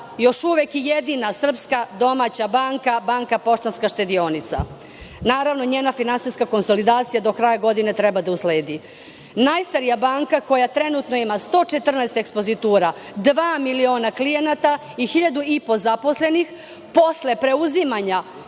biće i jedina srpska domaća banka – banka Poštanska štedionica. Naravno, njena finansijska konsolidacija do kraja godine treba da usledi. Najstarija banka koja trenutno ima 114 ekspozitura, dva miliona klijenata i 1.500 zaposlenih posle preuzimanja